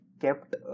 kept